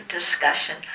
discussion